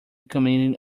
community